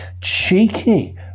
cheeky